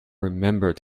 remembered